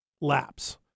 laps